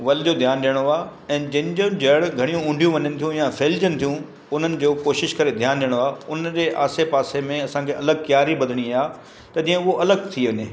वलि जो ध्यानु ॾियणो आहे ऐं जंहिंजो जड़ घणियूं ऊंधहियूं वञनि थियूं या फैलिजनि थियूं उन्हनि जो कोशिशि करे ध्यानु ॾियणो आहे उन जे आसे पासे में असांखे अलॻि क्यारी ॿधणी आहे त जीअं हू अलॻि थी वञे